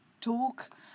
talk